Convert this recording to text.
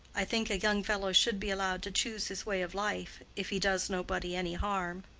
i think a young fellow should be allowed to choose his way of life, if he does nobody any harm.